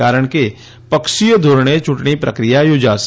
કારણ કે પક્ષીય ધોરણે ચૂંટણી પ્રક્રિયા યોજાશે